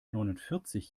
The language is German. neunundvierzig